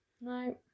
No